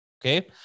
Okay